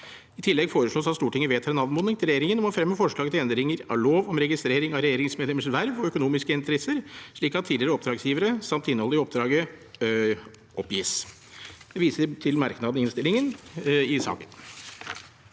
I tillegg foreslås at Stortinget vedtar en anmodning til regjeringen om å fremme forslag til endringer av lov om registrering av regjeringsmedlemmers verv og økonomiske interesser, slik at tidligere oppdragsgivere – samt innholdet i oppdraget – oppgis. Jeg viser til merknadene i innstillingen til saken.